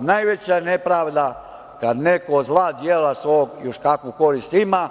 najveća je nepravda kad neko od zla dela svog još kakvu korist ima.